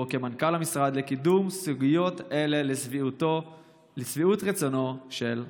כמנכ"ל המשרד לקידום סוגיות אלה לשביעות רצונו של אלוביץ'."